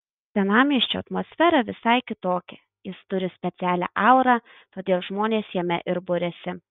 senamiesčio atmosfera visai kitokia jis turi specialią aurą todėl žmonės jame ir buriasi